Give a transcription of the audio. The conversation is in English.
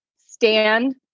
stand